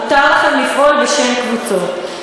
מותר לכם לפעול בשם קבוצות.